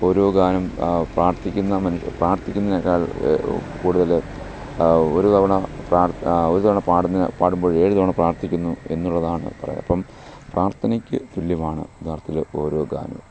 ഓരോ ഗാനം പ്രാർഥിക്കുന്ന മനുഷ്യൻ പ്രാർത്ഥിക്കുന്നതിനേക്കാൾ കൂടുതൽ ഒരു തവണ പ്രാർത്ഥന ഒരു തവണ പാടുന്ന പാടുമ്പോൾ ഏഴ് തവണ പ്രാർഥിക്കുന്നു എന്നുള്ളതാണ് ഈ പ്രയ അപ്പം പ്രാർഥനക്ക് തുല്യമാണ് യാഥാർത്ഥത്തിൽ ഓരോ ഗാനവും